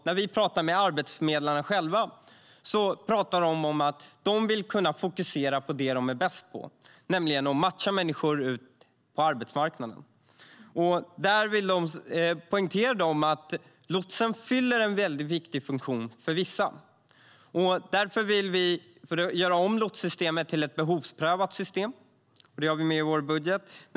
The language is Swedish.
När vi pratar med arbetsförmedlarna själva pratar de om att de vill kunna fokusera på det de är bäst på, nämligen att matcha människor ut på arbetsmarknaden. Där poängterar de att lotsen fyller en väldigt viktig funktion för vissa. Därför vill vi göra om lotssystemet till ett behovsprövat system. Det har vi med i vår budget.